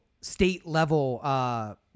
state-level